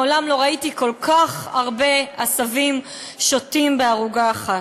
מעולם לא ראיתי כל כך הרבה עשבים שוטים בערוגה אחת.